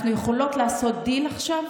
אנחנו יכולות לעשות דיל עכשיו?